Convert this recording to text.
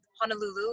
Honolulu